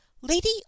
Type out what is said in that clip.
lady